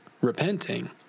repenting